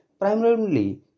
primarily